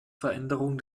veränderungen